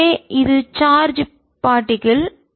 எனவே இது charge particle துகள்